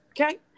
Okay